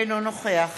אינו נוכח